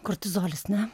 kortizolis ne